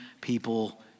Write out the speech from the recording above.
people